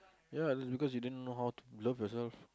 ya because you didn't know how to love yourself